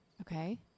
Okay